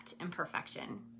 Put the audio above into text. imperfection